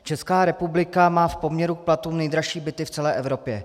Česká republika má v poměru k platům nejdražší byty v celé Evropě.